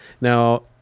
now